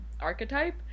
archetype